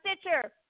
Stitcher